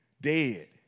Dead